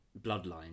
Bloodline